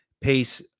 pace